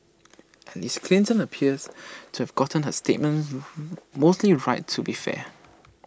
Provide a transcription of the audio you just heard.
at least Clinton appears to have gotten her statements mostly right to be fair